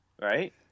right